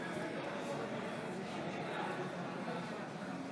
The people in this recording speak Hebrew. מצביע שרן מרים השכל,